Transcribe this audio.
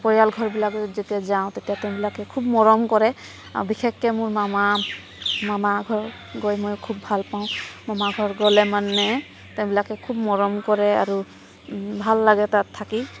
পৰিয়ালৰ ঘৰবিলাকত যেতিয়া যাওঁ তেতিয়া তেওঁবিলাকে খুব মৰম কৰে আৰু বিশেষকৈ মোৰ মামা মামাঘৰ গৈ মই খুব ভাল পাওঁ মামাঘৰ গ'লে মানে তেওঁবিলাকে খুব মৰম কৰে আৰু ভাল লাগে তাত থাকি